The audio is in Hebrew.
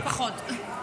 יהיה פחות.